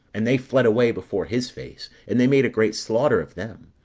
and they fled away before his face and they made a great slaughter of them,